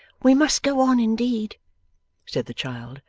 we must go on, indeed said the child,